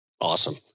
Awesome